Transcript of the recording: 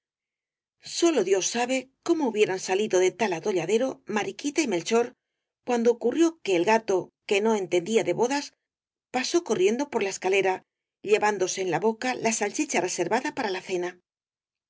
sólo dios sabe cómo hubieran salido de tal atolladero mariquita y melchor cuando ocurrió que el gato que no entendía de bodas pasó corriendo por la escalera llevándose en la boca la salchicha reservada para la cena